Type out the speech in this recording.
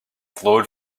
glowed